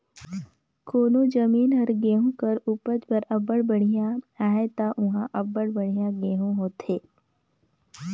कोनो जमीन हर गहूँ कर उपज बर अब्बड़ बड़िहा अहे ता उहां अब्बड़ बढ़ियां गहूँ होथे